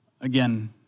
Again